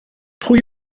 pwy